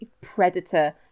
predator